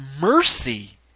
mercy